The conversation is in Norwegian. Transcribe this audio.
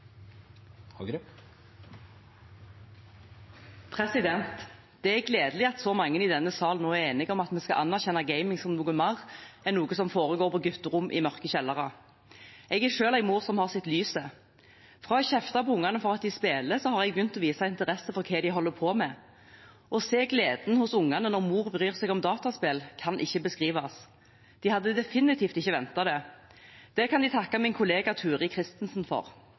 Det er gledelig at så mange i denne salen nå er enige om at vi skal anerkjenne gaming som noe mer enn noe som foregår på gutterom i mørke kjellere. Jeg er selv en mor som har sett lyset. Fra å kjefte på ungene for at de spiller, har jeg begynt å vise interesse for det de holder på med. Å se gleden hos ungene når mor bryr seg om dataspill, kan ikke beskrives. De hadde definitivt ikke ventet det. Det kan de takke